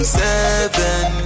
seven